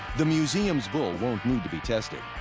the museum's bull won't need to be tested.